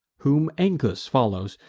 whom ancus follows,